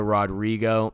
Rodrigo